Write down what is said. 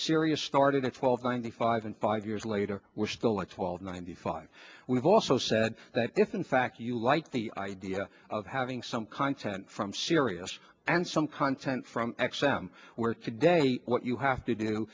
sirius started at twelve ninety five and five years later we're still like twelve ninety five we've also said that if in fact you like the idea of having some content from sirius and some content from access where what you have to do